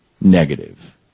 negative